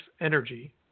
energy